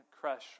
crush